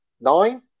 nine